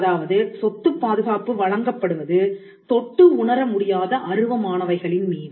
அதாவது சொத்துப் பாதுகாப்பு வழங்கப்படுவது தொட்டு உணர முடியாத அருவமானவைகளின் மீது